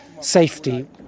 safety